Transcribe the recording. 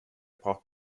braucht